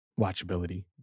watchability